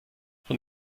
von